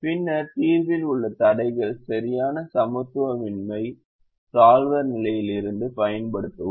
பின்னர் தீர்வியில் உள்ள தடைகளை சரியான சமத்துவமின்மையை சால்வர் நிலையில் இருந்து பயன்படுத்தவும்